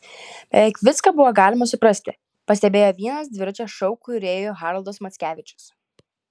beveik viską buvo galima suprasti pastebėjo vienas dviračio šou kūrėjų haroldas mackevičius